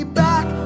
back